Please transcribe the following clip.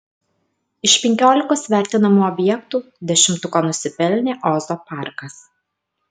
iš penkiolikos vertinamų objektų dešimtuko nusipelnė ozo parkas